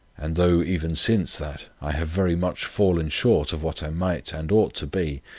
and though even since that i have very much fallen short of what i might and ought to be,